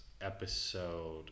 episode